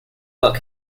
look